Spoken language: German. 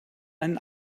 einen